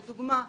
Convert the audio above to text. לדוגמה,